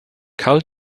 karl